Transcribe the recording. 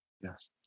Yes